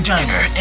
Diner